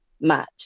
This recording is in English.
match